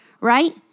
right